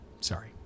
Sorry